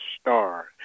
star